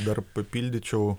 dar papildyčiau